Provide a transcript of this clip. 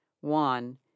one